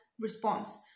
response